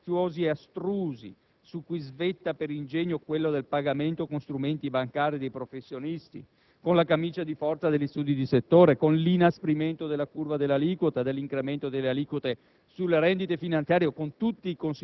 con adempimenti minuziosi ed astrusi (tra i quali svetta, per ingegno, quello del pagamento con strumenti bancari dei professionisti), con la camicia di forza degli studi di settore, con l'inasprimento della curva delle aliquote, dell'incremento delle aliquote